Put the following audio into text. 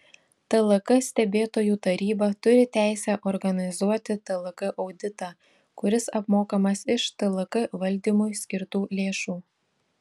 tlk stebėtojų taryba turi teisę organizuoti tlk auditą kuris apmokamas iš tlk valdymui skirtų lėšų